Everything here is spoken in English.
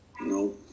No